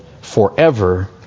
forever